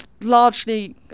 largely